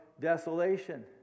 desolation